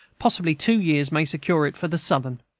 possibly two years may secure it for the southern.